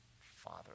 Father